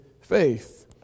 faith